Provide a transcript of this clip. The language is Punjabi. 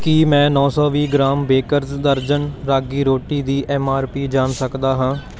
ਕੀ ਮੈਂ ਨੌਂ ਸੌ ਵੀਹ ਗ੍ਰਾਮ ਬੇਕਰਜ਼ ਦਰਜਨ ਰਾਗੀ ਰੋਟੀ ਦੀ ਐੱਮ ਆਰ ਪੀ ਜਾਣ ਸਕਦਾ ਹਾਂ